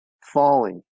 falling